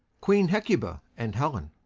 queen hecuba and helen.